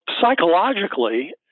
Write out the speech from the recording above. Psychologically